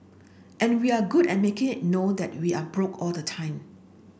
and we're good at make it know that we are broke all the time